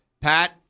Pat